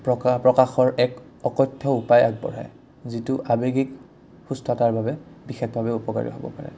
প্ৰকা প্ৰকাশৰ এক অকথ্য উপায় আগবঢ়ায় যিটো আৱেগিক সুস্থতাৰ বাবে বিশেষভাৱে উপকাৰী হ'ব পাৰে